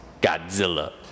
Godzilla